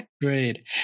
Great